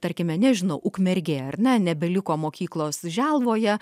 tarkime nežinau ukmergė ar ne nebeliko mokyklos želvoje